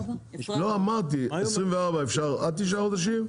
אמרתי 24 אפשר עד תשעה חודשים,